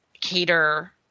cater